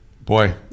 boy